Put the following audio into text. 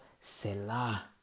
Selah